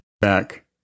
back